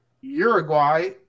Uruguay